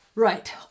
Right